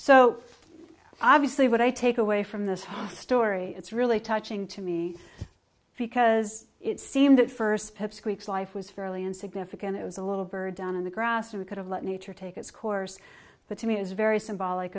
so obviously what i take away from this story it's really touching to me because it seemed at first pipsqueaks life was fairly insignificant it was a little bird down in the grass and could have let nature take its course but to me it is very symbolic